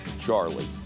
Charlie